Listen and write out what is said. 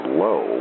low